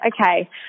okay